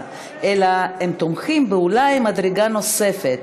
לחלוטין אלא הם תומכים אולי במדרגה נוספת,